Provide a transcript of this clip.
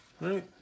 right